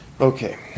Okay